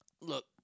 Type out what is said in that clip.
Look